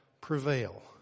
prevail